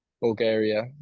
Bulgaria